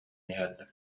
иһэллэр